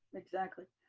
exactly.